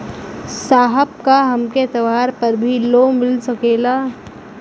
साहब का हमके त्योहार पर भी लों मिल सकेला?